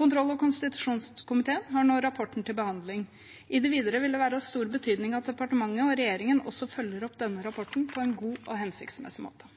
Kontroll- og konstitusjonskomiteen har nå rapporten til behandling. I det videre vil det være av stor betydning at departementet og regjeringen også følger opp denne rapporten på en god og hensiktsmessig måte.